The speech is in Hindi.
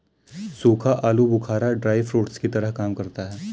सूखा आलू बुखारा ड्राई फ्रूट्स की तरह काम करता है